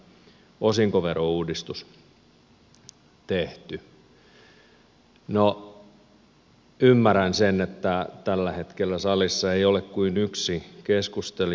no ymmärrän sen että tällä hetkellä salissa ei ole kuin yksi keskustelija mukana